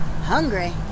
Hungry